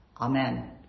Amen